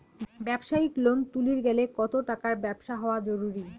ব্যবসায়িক লোন তুলির গেলে কতো টাকার ব্যবসা হওয়া জরুরি?